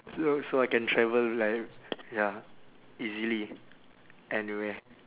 so so I can travel like ya easily anywhere